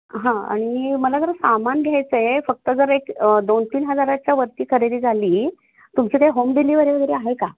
हां आणि मला जरा सामान घ्यायचं आहे फक्त जर एक दोन तीन हजाराच्या वरती खरेदी झाली तुमची काही होम डिलिव्हरी वगैरे आहे का